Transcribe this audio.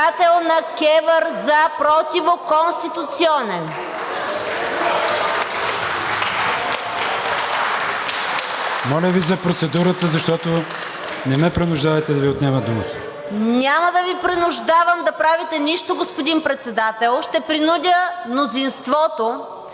Моля Ви за процедурата, защото… Не ме принуждавайте да Ви отнема думата.